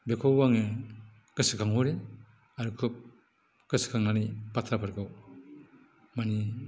बेखौ आङो गोसोखांहरो आरो खुब गोसोखांनानै बाथ्राफोरखौ माने